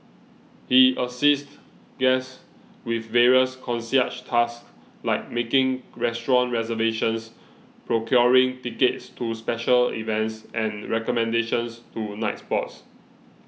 he assists guests with various concierge tasks like making restaurant reservations procuring tickets to special events and recommendations to nightspots